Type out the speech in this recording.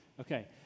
Okay